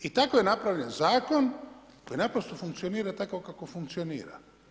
I tako je napravljen zakon koji naprosto funkcionira kako funkcionira.